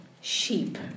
sheep